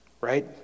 right